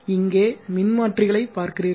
இங்கே மின்மாற்றிககளைப் பார்க்கிறீர்கள்